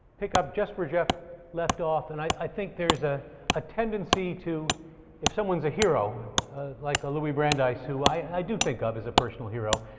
pick up just where jeff left off and i think there's ah a tendency to if someone's a hero like louie brandeis, who i do think of as a personal hero,